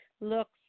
looks